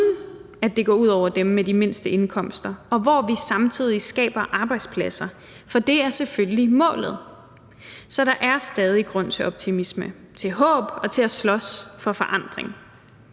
at det går ud over dem med de mindste indkomster – og hvor vi samtidig skaber arbejdspladser, for det er selvfølgelig målet. Så der er stadig væk grund til optimisme, til håb og til at slås for forandring.